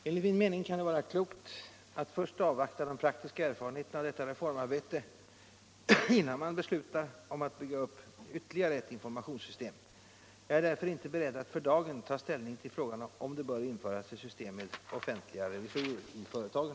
Enligt min mening kan det vara klokt att avvakta de praktiska erfarenheterna av detta reformarbete innan man beslutar om att bygga upp ytterligare ett informationssystem. Jag är därför inte beredd att för dagen ta ställning till frågan om det bör införas ett system med offentliga revisorer i företagen.